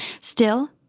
Still